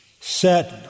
set